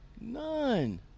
None